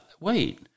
Wait